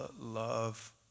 love